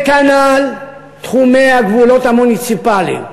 וכנ"ל תחומי הגבולות המוניציפליים.